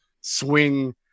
swing